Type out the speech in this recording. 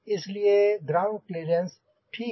इसलिए ground clearance ठीक है